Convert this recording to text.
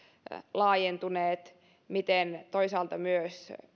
laajentuneet toisaalta myös